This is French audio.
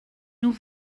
nous